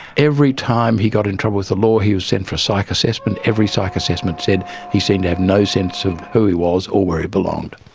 every time he got in trouble with the law he was sent for a psych assessment, every psych assessment said he seemed to have no sense of who he was or where he belonged.